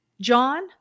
John